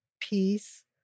peace